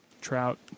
Trout